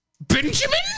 Benjamin